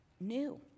new